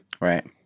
Right